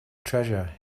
treasure